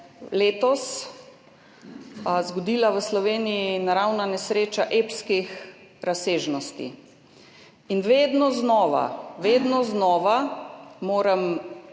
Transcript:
letos zgodila v Sloveniji naravna nesreča epskih razsežnosti in vedno znova, vedno znova moram